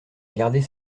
garder